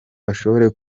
bashobore